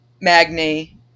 Magni